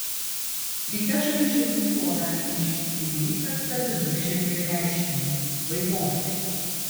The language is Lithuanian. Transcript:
ryte šalia šiaulių buvo galima išvysti neįprastą viduržiemiui reiškinį vaivorykštę